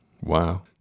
Wow